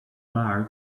bar